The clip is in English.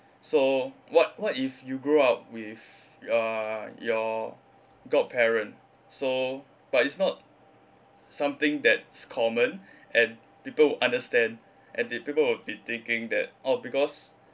so what what if you grew up with uh your god parent so but it's not something that's common and people would understand and the people would be thinking that oh because